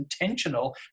intentional